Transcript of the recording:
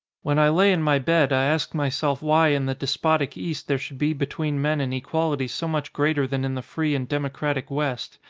when i lay in my bed i asked myself why in the despotic east there should be between men an equality so much greater than in the free and democratic west,